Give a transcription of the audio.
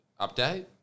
update